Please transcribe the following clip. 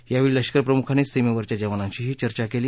यावळी लष्कर प्रमुखांनी सीमस्तिच्या जवानांशीही चर्चा कळी